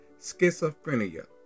schizophrenia